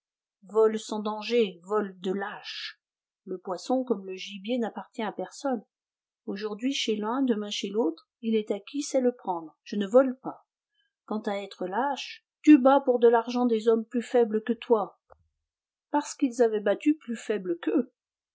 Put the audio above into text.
vol sans danger vol de lâche le poisson comme le gibier n'appartient à personne aujourd'hui chez l'un demain chez l'autre il est à qui sait le prendre je ne vole pas quant à être lâche tu bats pour de l'argent des hommes plus faibles que toi parce qu'ils avaient battu plus faible qu'eux